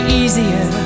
easier